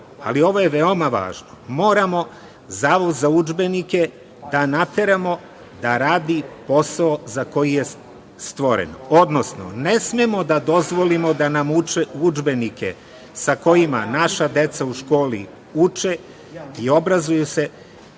ali ovo je veoma važno, Zavod za udžbenike da nateramo da radi posao za koji je stvoren. Odnosno, ne smemo da dozvolimo da nam udžbenike sa kojima naša deca u školi uče i obrazuju se